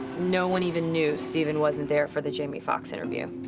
no one even knew stephen wasn't there for the jamie foxx interview.